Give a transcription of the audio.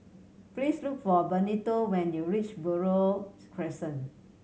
please look for Benito when you reach Buroh Crescent